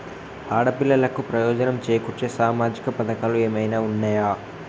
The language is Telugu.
ఆడపిల్లలకు ప్రయోజనం చేకూర్చే సామాజిక పథకాలు ఏమైనా ఉన్నయా?